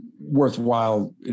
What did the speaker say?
worthwhile